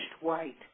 white